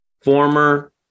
former